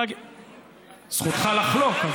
זכותך לחלוק,